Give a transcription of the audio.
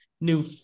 new